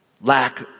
lack